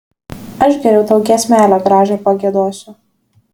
aš geriau tau giesmelę gražią pagiedosiu